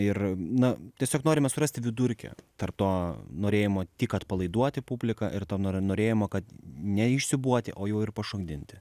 ir na tiesiog norime surasti vidurkį tarp to norėjimo tik atpalaiduoti publiką ir to nor norėjimo kad neišsiūbuoti o jau ir pašokdinti